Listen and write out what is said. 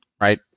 right